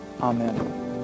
Amen